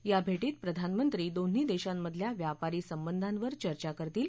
या भेटीत प्रधानमंत्री दोन्ही देशांमधल्या व्यापारी संबधावर चर्चा करतील